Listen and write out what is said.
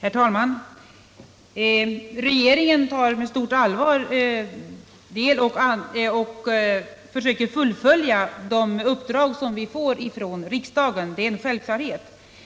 Nr 24 Herr talman! Regeringen tar med stort allvar de uppdrag som den Torsdagen den får från riksdagen, och det är självklart att vi försöker utföra dem.